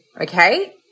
Okay